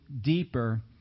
deeper